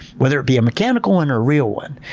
whether it be a mechanical one or a real one.